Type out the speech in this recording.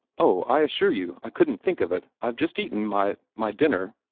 oh, i assure you i couldn't think of it i've just eaten my my dinner,